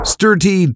Sturdy